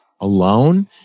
alone